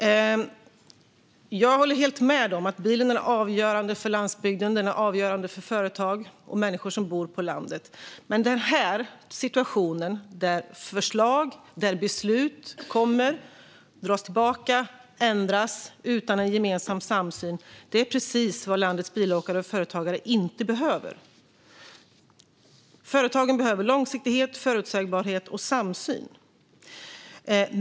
Jag håller helt med om att bilen är avgörande för landsbygden, för företag och för människor som bor på landet. Men den här situationen där förslag och beslut kommer, dras tillbaka och ändras, utan en gemensam samsyn, är precis vad landets bilåkare och företagare inte behöver. Företagen behöver långsiktighet, förutsägbarhet och samsyn.